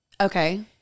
Okay